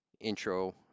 intro